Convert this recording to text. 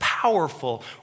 Powerful